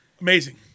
Amazing